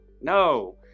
no